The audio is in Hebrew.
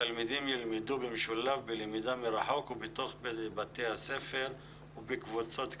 התלמידים ילמדו במשולב בלמידה מרחוק ובתוך בתי הספר ובקבוצות קטנות.